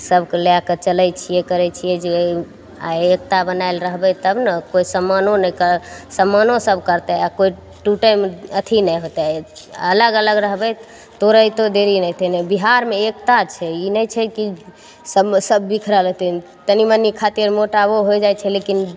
सबके लए कऽ चलय छियै करय छियै जे आइ एकता बनाओल रहबय तब ने कोइ सम्मानो नहि कऽ सम्मानो सब करतय आओर कोइ टूटयमे अथी नहि होतय अलग अलग रहबय तोरैतो देरी नहि हेतय बिहारमे एकता छै ई नहि छै कि सबमे सब बिखरल हेथिन तनी मनी खातिर मोटाओ हो जाइ छै लेकिन